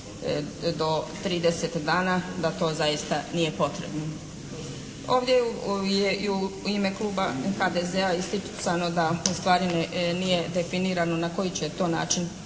do 30 dana da to zaista nije potrebno. Ovdje je i u ime kluba HDZ-a isticano da ustvari nije definirano na koji će to način